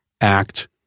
act